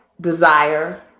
desire